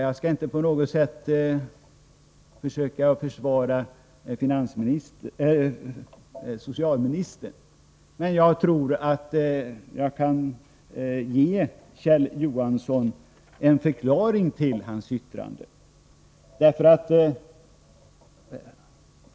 Jag skall inte på något sätt försöka försvara socialministern. Men jag tror att jag kan ge Kjell Johansson en förklaring till socialministerns yttrande.